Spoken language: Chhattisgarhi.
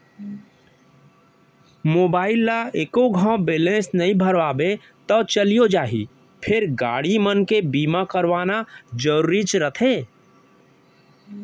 मोबाइल ल एक घौं बैलेंस नइ भरवाबे तौ चलियो जाही फेर गाड़ी मन के बीमा करवाना जरूरीच रथे